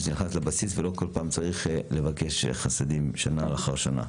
שזה נכנס לבסיס ולא כל פעם צריך לבקש חסדים שנה אחר שנה.